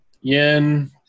Yen